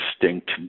distinct